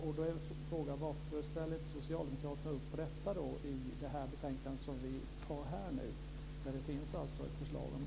Då är frågan: Varför ställer inte socialdemokraterna upp på detta i det betänkande som vi nu behandlar när det alltså finns ett sådant förslag?